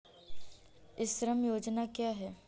ई श्रम योजना क्या है?